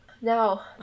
Now